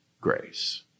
grace